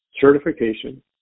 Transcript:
certification